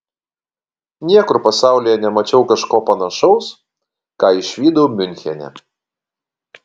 niekur pasaulyje nemačiau kažko panašaus ką išvydau miunchene